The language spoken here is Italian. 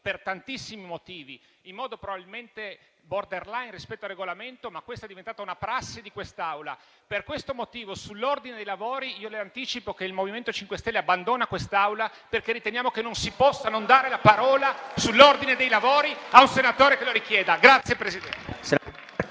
per tantissimi motivi, in modo probabilmente *borderline* rispetto al Regolamento, ma questa è diventata una prassi. Per questo motivo, sull'ordine dei lavori, io le anticipo che il Movimento 5 Stelle abbandona quest'Aula, perché riteniamo che non si possa non dare la parola sull'ordine dei lavori a un senatore che lo richieda.